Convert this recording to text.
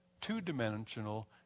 two-dimensional